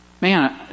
Man